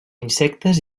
insectes